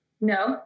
No